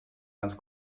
ganz